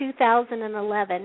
2011